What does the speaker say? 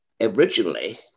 originally